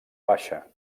baixa